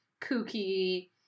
kooky